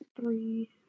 three